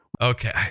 Okay